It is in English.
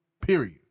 period